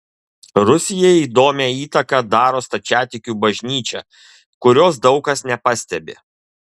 rusijai įdomią įtaką daro stačiatikių bažnyčia kurios daug kas nepastebi